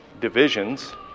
divisions